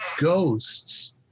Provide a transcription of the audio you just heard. ghosts